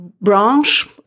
branch